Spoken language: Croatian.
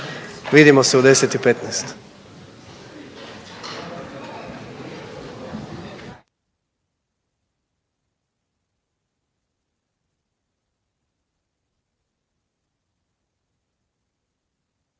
Vidimo se u 10,15.